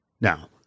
Now